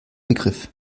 begriff